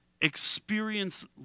experience